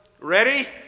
ready